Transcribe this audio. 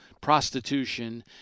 prostitution